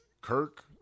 Kirk